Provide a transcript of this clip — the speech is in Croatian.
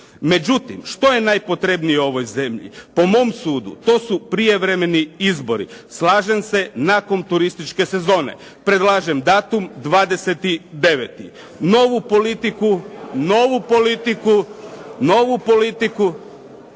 Međutim, što je najpotrebnije ovoj zemlji? po mom sudu, to su prijevremeni izbori. Slažem se, nakon turističke sezone. Predlažem datum 20.9. Novu politiku… … /Svi govore u